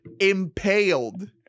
impaled